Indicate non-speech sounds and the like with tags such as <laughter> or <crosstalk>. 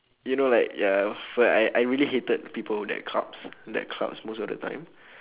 you know like ya <breath> I I really hated people that clubs that clubs most of the time <breath>